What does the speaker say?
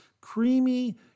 creamy